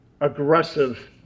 aggressive